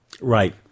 right